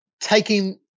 taking